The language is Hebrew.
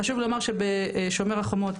חשוב לומר ש"בשומר החומות",